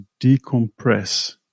decompress